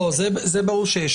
זה ברור שיש.